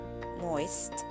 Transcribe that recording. moist